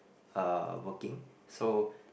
uh working so